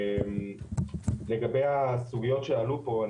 לגבי הסוגיות שעלו פה,